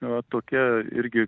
va tokia irgi